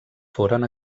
foren